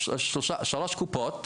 שלוש קופות,